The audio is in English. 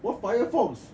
what fire fox